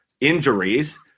injuries